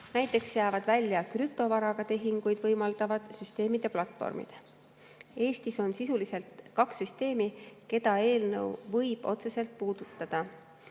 Näiteks jäävad välja krüptovaratehinguid võimaldavad süsteemid ja platvormid. Eestis on sisuliselt kaks süsteemi, mida eelnõu võib otseselt puudutada.